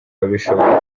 abishoboye